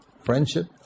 Friendship